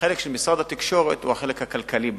החלק של משרד התקשורת הוא החלק הכלכלי בעניין.